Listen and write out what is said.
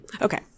Okay